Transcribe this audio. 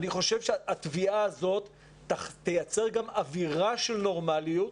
אני חושב שהתביעה הזאת תייצר גם אווירה של נורמליות,